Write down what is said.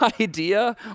idea